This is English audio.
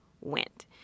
went